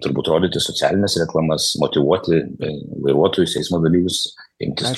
turbūt rodyti socialines reklamas motyvuoti ben vairuotojus eismo dalyvius penkis